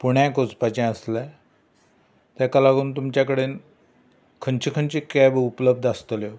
पुण्याक वचपाचे आसले ताका लागून तुमच्या कडेन खंयची खंयची कॅब उपलब्ध आसतल्यो